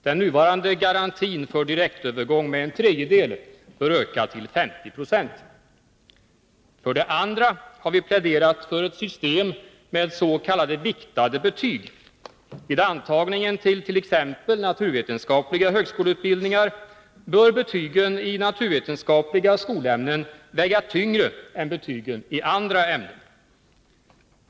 Den nuvarande garantin för direktövergång omfattande en tredjedel av platserna bör öka till 50 96. För det andra har vi pläderat för ett system med s.k. viktade betyg. Vid antagningen tillt.ex. naturvetenskapliga högskoleutbild ningar bör betygen i naturvetenskapliga skolämnen väga tyngre än betygen i andra ämnen.